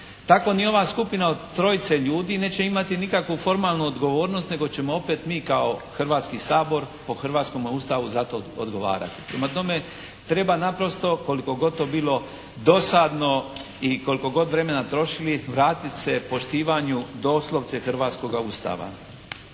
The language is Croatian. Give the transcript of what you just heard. Tako ni ova skupina od trojice ljudi neće imati nikakvu formalnu odgovornost nego ćemo opet mi kao Hrvatski sabor po hrvatskome Ustavu za to odgovarati. Prema tome treba naprosto koliko god to bilo dosadno i koliko god vremena trošili vratit se poštivanju doslovce hrvatskoga Ustava.